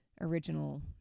original